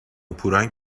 پورنگ